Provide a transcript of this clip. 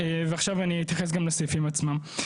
עכשיו אני אתייחס גם לסעיפים עצמם.